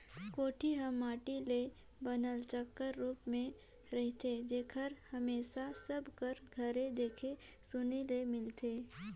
कोठी हर माटी ले बनल चाकर रूप मे रहथे जेहर हमेसा सब कर घरे देखे सुने ले मिलथे